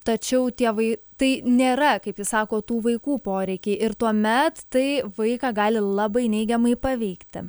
tačiau tievai tai nėra kaip ji sako tų vaikų poreikiai ir tuomet tai vaiką gali labai neigiamai paveikti